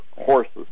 horses